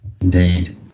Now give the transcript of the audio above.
Indeed